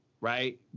right